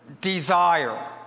desire